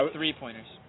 three-pointers